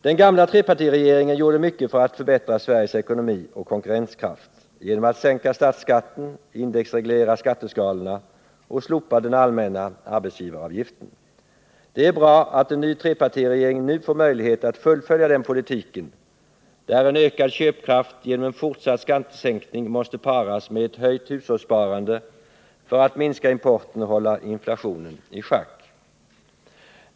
Den gamla trepartiregeringen gjorde mycket för att förbättra Sveriges ekonomi och konkurrenskraft genom att sänka statsskatten, indexreglera skatteskalorna och slopa den allmänna arbetsgivaravgiften. Det är bra att en ny trepartiregering nu får möjlighet att fullfölja den politiken, där en ökad köpkraft genom en fortsatt skattesänkning måste paras med ett höjt hushållssparande för att minska importen och hålla inflationen i schack.